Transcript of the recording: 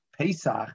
Pesach